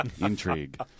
intrigue